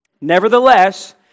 Nevertheless